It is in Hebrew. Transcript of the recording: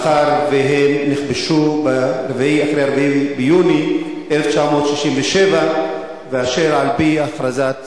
מאחר שהם נכבשו אחרי 4 ביוני 1967 ואשר על-פי הכרזת